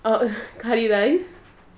oh uh curry rice